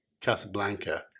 Casablanca